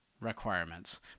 requirements